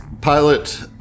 pilot